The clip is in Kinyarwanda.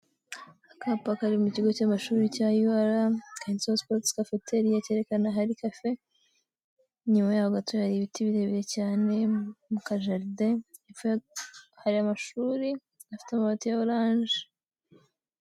Akapa kari mu kigo cy'amashuri cya UR, kanditseho sipoti cafetariyaa cyerekana ahari kafe, inyuma yaho gato hari ibiti birebire cyane, mukajaride hari amashuri afite amabati ya oranje.